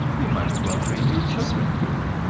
you might as well train your children to it.